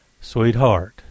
sweetheart